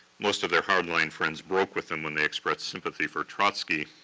most of their hard-line friends broke with them when they expressed sympathy for trotsky.